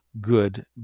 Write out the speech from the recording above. good